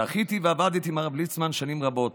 זכיתי ועבדתי עם הרב ליצמן שנים רבות,